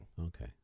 Okay